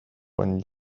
when